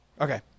Okay